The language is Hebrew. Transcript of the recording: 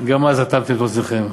גם אז אטמתם את אוזניכם.